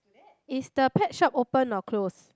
is the pet shop open or close